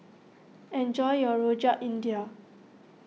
enjoy your Rojak India